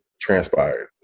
transpired